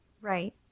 right